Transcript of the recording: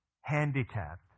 handicapped